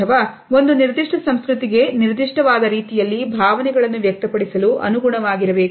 ಅಥವಾ ಒಂದು ನಿರ್ದಿಷ್ಟ ಸಂಸ್ಕೃತಿಗೆ ನಿರ್ದಿಷ್ಟವಾದ ರೀತಿಯಲ್ಲಿ ಭಾವನೆಗಳನ್ನು ವ್ಯಕ್ತಪಡಿಸಲು ಅನುಗುಣವಾಗಿರಬೇಕು